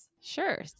Sure